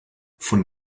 von